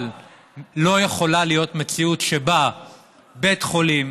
אבל לא יכולה להיות מציאות שבה בית חולים,